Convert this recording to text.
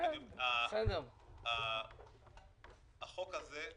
אף על פי שזה רעיון לא רע בגלל שחברות הביטוח לא יפשטו את הרגל.